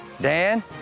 Dan